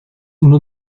uno